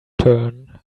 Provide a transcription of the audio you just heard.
turn